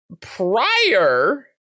prior